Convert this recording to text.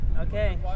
Okay